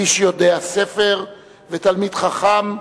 איש יודע ספר ותלמיד חכם,